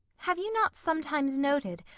have you not sometimes noted,